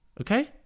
Okay